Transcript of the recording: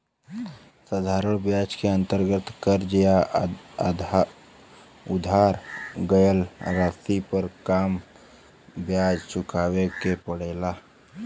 साधारण ब्याज क अंतर्गत कर्ज या उधार गयल राशि पर कम ब्याज चुकावे के पड़ेला